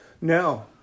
No